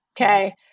Okay